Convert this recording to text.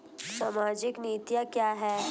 सामाजिक नीतियाँ क्या हैं?